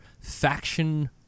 faction